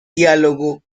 diálogo